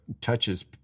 touches